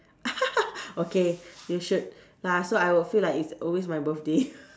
okay you should ya so I will feel it's always my birthday